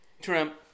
Trump